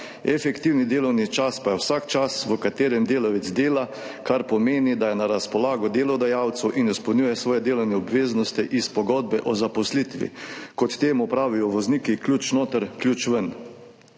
Efektivni delovni čas pa je vsak čas, v katerem delavec dela, kar pomeni, da je na razpolago delodajalcu in izpolnjuje svoje delovne obveznosti iz pogodbe o zaposlitvi – kot temu pravijo vozniki, ključ noter, ključ ven.